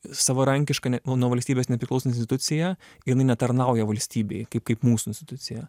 savarankiška ne nuo valstybės nepriklausanti institucija jinai netarnauja valstybei kaip kaip mūsų institucija